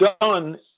done